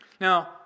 Now